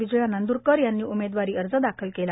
विजया नांदुरकर यांनी उमेवारी अर्ज दाखल केला